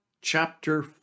chapter